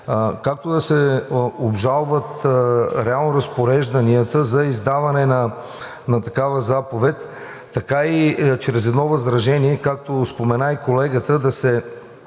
както да се обжалват реално разпорежданията за издаване на такава заповед, така и чрез едно възражение, както спомена и колегата, всъщност